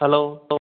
hello